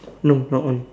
no not one